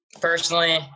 Personally